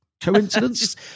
Coincidence